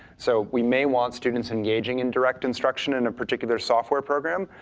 so we may want students engaging in direct instruction in a particular software program,